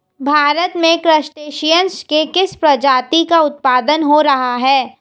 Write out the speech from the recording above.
भारत में क्रस्टेशियंस के किस प्रजाति का उत्पादन हो रहा है?